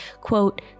quote